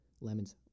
Lemons